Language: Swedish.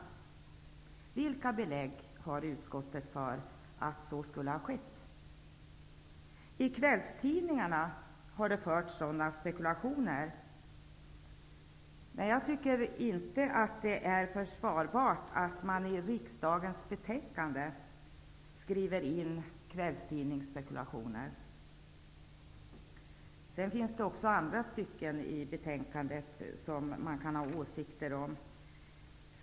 Vilka belägg har utskottet för att så skulle ha skett? I kvällstidningarna har sådana spekulationer framförts, men jag tycker inte att det är försvarbart att man i riksdagens betänkanden skriver in kvällstidningsspekulationer. Det finns också andra stycken i betänkandet som man kan ha åsikter om.